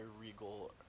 regal